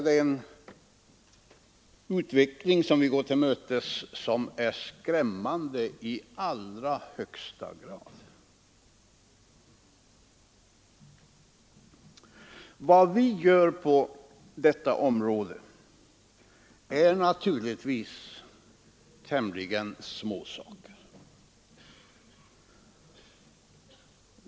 Den utveckling som vi därvidlag går till mötes är i högsta grad skrämmande. Vår insats i fråga om u-hjälp är av naturliga skäl tämligen liten.